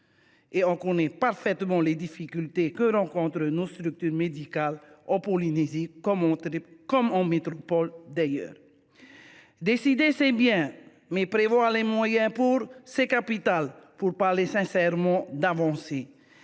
Or on connaît parfaitement les difficultés que rencontrent nos structures médicales en Polynésie, comme en métropole d’ailleurs. Décider c’est bien, mais prévoir les moyens adaptés, c’est capital si l’on veut parler sincèrement d’avancées.